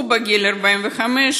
הוא בגיל 45,